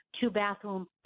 two-bathroom